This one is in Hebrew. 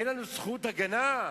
אין לנו זכות הגנה?